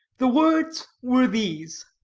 the words were these